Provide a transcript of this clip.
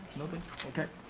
nothing, okay.